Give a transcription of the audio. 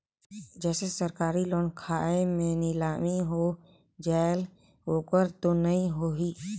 जैसे सरकारी लोन खाय मे नीलामी हो जायेल ओकर तो नइ होही?